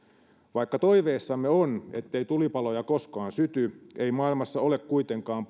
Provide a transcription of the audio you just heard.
vaikka toiveissamme on ettei tulipaloja koskaan syty ei maailmassa ole kuitenkaan